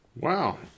Wow